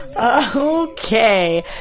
Okay